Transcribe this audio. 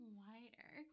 wider